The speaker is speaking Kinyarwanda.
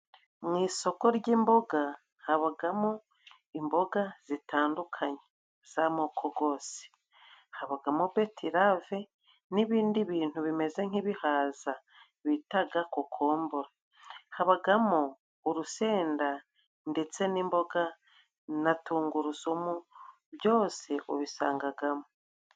Mu isoko ry'imboga habagamo imboga zitandukanye z'amoko gose habagamo beterave n'ibindi bintu bimeze nk'ibihaza bitaga kokombure habagamo urusenda ndetse n'imboga na tungurusumu byose ubisangagamo.